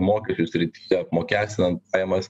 mokesčių srityse apmokestinant pajamas